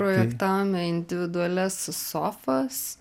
projektavome individualias sofas